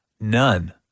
None